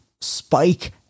spike